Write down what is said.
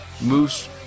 Moose